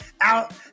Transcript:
out